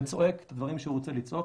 וצועק דברים שהוא רוצה לצעוק,